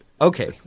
okay